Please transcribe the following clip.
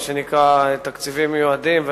מה שנקרא "תקציבים מיועדים",